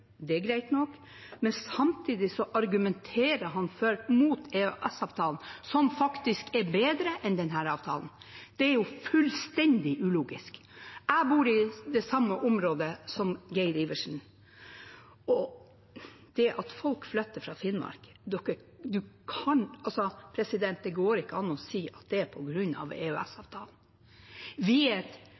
det er greit nok, men samtidig argumenterer han mot EØS-avtalen, som faktisk er bedre enn denne avtalen. Det er jo fullstendig ulogisk. Jeg bor i det samme området som Adelsten Iversen. Det går ikke an å si at det er på grunn av EØS-avtalen at folk flytter fra Finnmark.